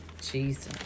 Jesus